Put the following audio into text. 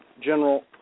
General